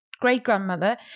great-grandmother